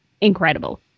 incredible